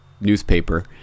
newspaper